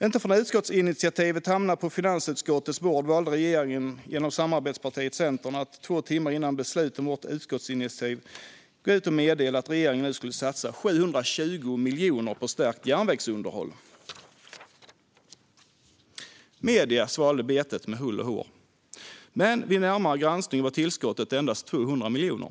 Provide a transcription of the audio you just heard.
Inte förrän utskottsinitiativet hamnade på finansutskottets bord valde regeringen genom samarbetspartiet Centern att två timmar före beslut om vårt utskottsinitiativ gå ut och meddela att regeringen skulle satsa 720 miljoner på stärkt järnvägsunderhåll. Medierna svalde betet med hull och hår, men vid en närmare granskning visade det sig att tillskottet endast var på 200 miljoner.